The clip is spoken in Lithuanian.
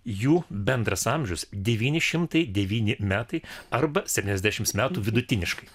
jų bendras amžius devyni šimtai devyni metai arba septynuasdešimt metų vidutiniškai